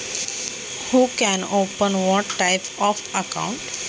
मी कोणकोणत्या प्रकारचे खाते उघडू शकतो?